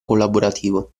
collaborativo